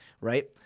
right